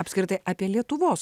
apskritai apie lietuvos